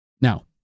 Now